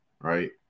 right